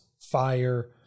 fire